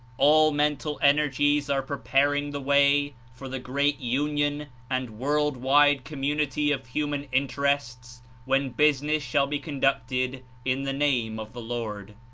all mental energies are preparing the way for the great union and world-wide community of human interests when business shall be conducted in the name of the lord.